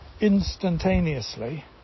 instantaneously